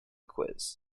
quiz